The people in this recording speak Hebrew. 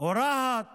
או רהט